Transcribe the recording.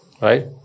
Right